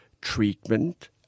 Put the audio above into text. treatment